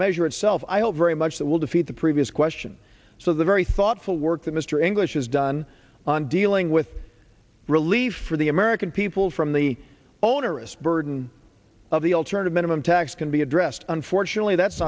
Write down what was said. measure itself i hope very much that will defeat the previous question so the very thoughtful work that mr english has done on dealing with relief for the american people from the onerous burden of the alternative minimum tax can be addressed unfortunately that's